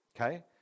okay